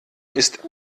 ist